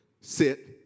sit